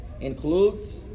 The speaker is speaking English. includes